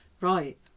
Right